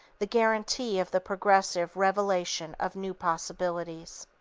the guarantee of the progressive revelation of new possibilities.